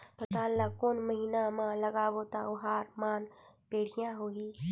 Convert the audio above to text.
पातल ला कोन महीना मा लगाबो ता ओहार मान बेडिया होही?